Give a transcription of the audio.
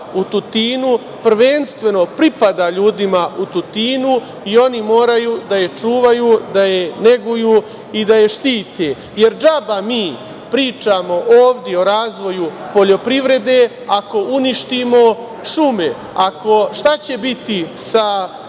u Tutinu prvenstveno pripada ljudima u Tutinu i oni moraju da je čuvaju, da je neguju i da je štite, jer džaba mi pričamo ovde o razvoju poljoprivrede ako uništimo šume. Šta će biti sa